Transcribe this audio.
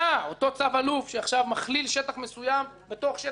אותו צו אלוף שעכשיו מכליל שטח מסוים בתוך שטח הישוב,